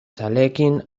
zaleekin